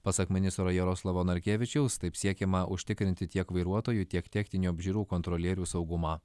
pasak ministro jaroslavo narkevičiaus taip siekiama užtikrinti tiek vairuotojų tiek techninių apžiūrų kontrolierių saugumą